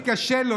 בבקשה.